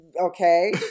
Okay